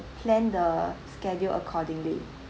plan the schedule accordingly